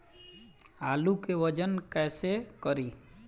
आलू के वजन कैसे करी?